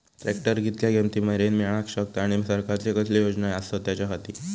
Tractor कितक्या किमती मरेन मेळाक शकता आनी सरकारचे कसले योजना आसत त्याच्याखाती?